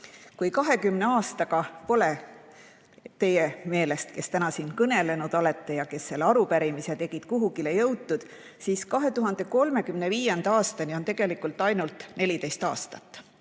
20 aastaga pole teie meelest, kes te täna siin kõnelenud olete ja kes selle arupärimise tegid, kuhugi jõutud, siis 2035. aastani on tegelikult ainult 14 aastat.